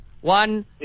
One